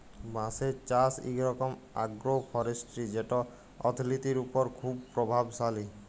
বাঁশের চাষ ইক রকম আগ্রো ফরেস্টিরি যেট অথ্থলিতির উপর খুব পরভাবশালী